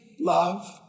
love